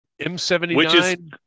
M79